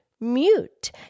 mute